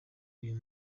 uyu